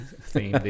theme